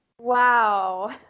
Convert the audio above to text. Wow